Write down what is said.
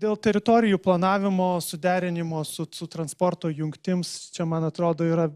dėl teritorijų planavimo suderinimo su su transporto jungtims čia man atrodo yra